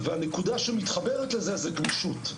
והנקודה שמתחברת לזה זה גמישות.